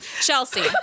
Chelsea